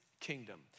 kingdom